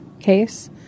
case